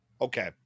okay